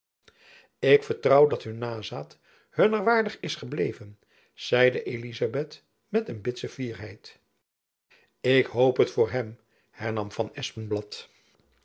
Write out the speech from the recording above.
ik vertrouw dat hun nazaat hunner waardig is gebleven zeide elizabeth met bitsche fierheid ik hoop het voor hem hernam van